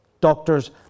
doctors